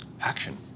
action